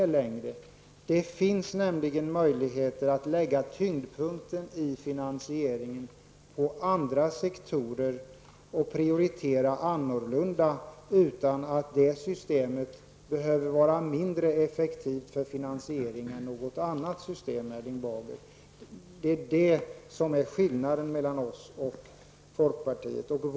Det finns nämligen möjligheter att lägga tyngdpunkten i finansieringen på andra sektorer och prioritera annorlunda, utan att det systemet behöver vara mindre effektivt för finansiering än något annat system, Erling Bager. Detta är skillnaden mellan folkpartiet och oss.